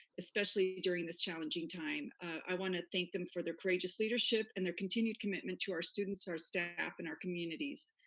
especially during this challenging time. i wanna thank them for their courageous leadership and their continued commitment to our students, our staff, and our communities.